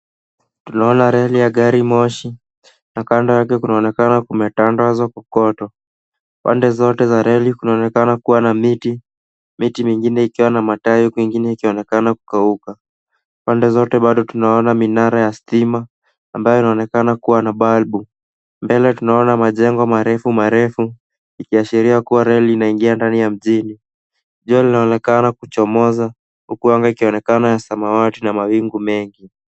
Tunaona reli ya gari moshi na kando yakokunaonekana kumetandazwa kokoto. Pande zote za reli kunaonekana kuwa na miti, miti mingine ikiwa na matawi huku ingine ikionekana kukauka. Pande zote bado tunaona minara ya stima ambayo inaonekana kuwa na balbu. Mbele tunaona majengo marefumarefu ikiashiria kuwa reli inaingia ndani ya mjini. Jua linaonekana kuchomoza huku anga ikionekana ya samawati na mawingu mengi.